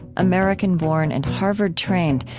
american born and harvard trained,